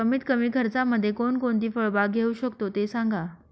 कमीत कमी खर्चामध्ये कोणकोणती फळबाग घेऊ शकतो ते सांगा